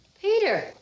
peter